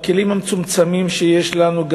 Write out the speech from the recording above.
בכלים המצומצמים שיש לנו,